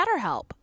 BetterHelp